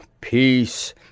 peace